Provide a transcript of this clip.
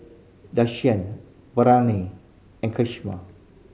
Desean and